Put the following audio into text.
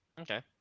Okay